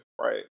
right